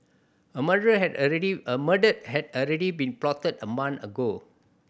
a murder had already a murder had already been plotted a month ago